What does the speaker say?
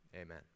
Amen